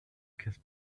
kiss